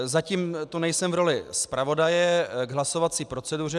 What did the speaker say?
Zatím tu nejsem v roli zpravodaje k hlasovací proceduře.